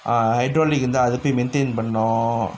uh hydraulic வந்து அத போய்:vanthu atha poi maintain பண்ணோ:panno